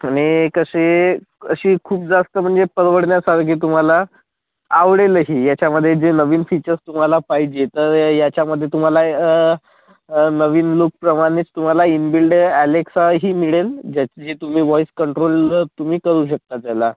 आणि कशी अशी खूप जास्त म्हणजे परवडण्यासारखी तुम्हाला आवडेलही ह्याच्यामध्ये जे नवीन फीचर्स तुम्हाला पाहिजे तर ह्याच्यामध्ये तुम्हाला नवीन लुकप्रमाणेच तुम्हाला इनबिल्ड अलेक्साही मिळेल ज्या जे तुम्ही वॉइस कंट्रोल तुम्ही करू शकता त्याला